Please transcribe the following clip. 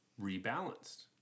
rebalanced